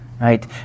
right